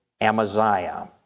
Amaziah